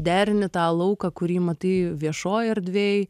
derini tą lauką kurį matai viešoj erdvėj